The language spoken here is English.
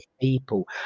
people